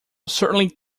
certainly